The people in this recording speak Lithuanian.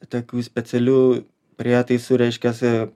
tokių specialių prietaisų reiškiasi